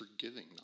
forgiving